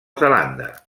zelanda